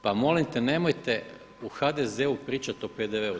Pa molim te, nemojte u HDZ-u pričati o PDV-u.